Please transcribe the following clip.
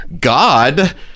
god